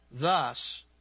Thus